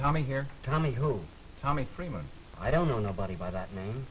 tommy here tommy who tommy freeman i don't know nobody by that name